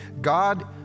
God